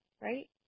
right